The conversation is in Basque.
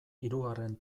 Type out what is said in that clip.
hirugarren